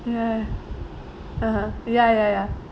ya (uh huh) ya ya ya